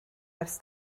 ers